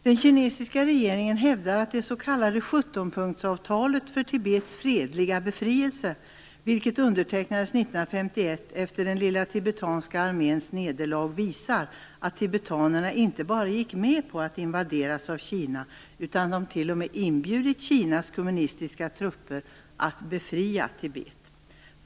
Den kinesiska regeringen hävdar att det s.k. sjuttonpunktsavtalet för Tibets fredliga befrielse - vilket undertecknades 1951 efter den lilla tibetanska arméns nederlag - visar att tibetanerna inte bara gick med på att invaderas av Kina utan att de t.o.m. inbjudit Kinas kommunistiska trupper att befria Tibet.